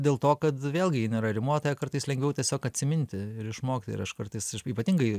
dėl to kad vėlgi jinai yra rimuota ją kartais lengviau tiesiog atsiminti ir išmokti ir aš kartais ypatingai